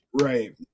Right